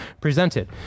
presented